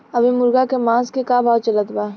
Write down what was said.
अभी मुर्गा के मांस के का भाव चलत बा?